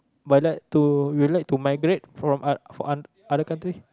but like to you like to migrate from a for oth~ for other country